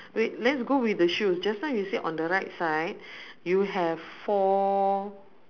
wait let's go with the shoes just now you say on the right side you have four